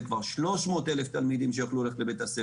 זה כבר 300,000 תלמידים שיוכלו ללכת לבית הספר.